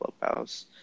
clubhouse